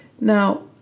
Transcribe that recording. Now